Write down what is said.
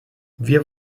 wir